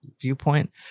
viewpoint